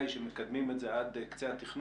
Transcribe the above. היא שמקדמים את זה עד קצה התכנון.